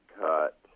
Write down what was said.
cut